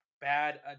bad